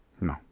No